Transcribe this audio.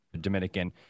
dominican